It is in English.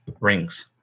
rings